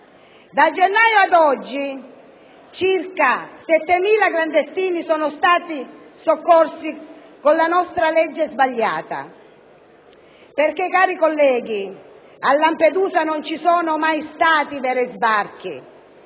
del giorno G1.101 - circa 7.000 clandestini sono stati soccorsi con la nostra legge sbagliata. Infatti, cari colleghi, a Lampedusa non ci sono mai stati veri sbarchi